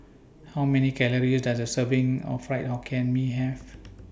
How Many Calories Does A Serving of Fried Hokkien Mee Have